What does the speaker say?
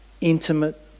intimate